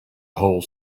whole